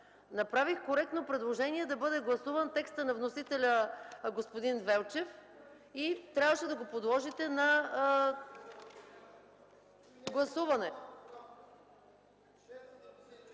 Направих коректно предложение да бъде гласуван текстът на вносителя, господин Велчев, и трябваше да го подложите на гласуване.